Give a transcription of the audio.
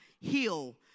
heal